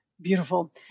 Beautiful